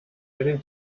einen